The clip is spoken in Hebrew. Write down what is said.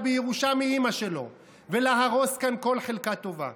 בירושה מאימא שלו ולהרוס כאן כל חלקה טובה.